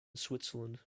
switzerland